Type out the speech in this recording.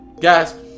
Guys